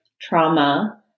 trauma